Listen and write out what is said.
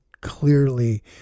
clearly